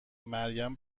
مریم